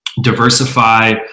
diversify